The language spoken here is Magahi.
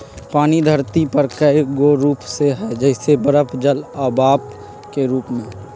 पानी धरती पर कए गो रूप में हई जइसे बरफ जल आ भाप के रूप में